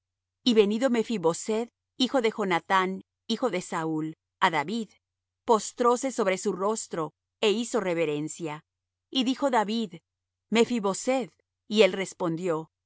y venido mephi boseth hijo de jonathán hijo de saúl á david postróse sobre su rostro é hizo reverencia y dijo david mephi boseth y él respondió he